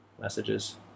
messages